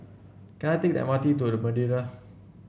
can I take the M R T to The Madeira